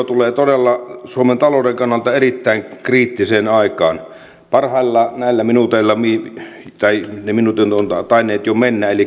tulee todella suomen talouden kannalta erittäin kriittiseen aikaan parhaillaan näillä minuuteilla tai ne minuutit ovat tainneet jo mennä